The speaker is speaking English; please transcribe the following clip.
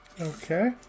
Okay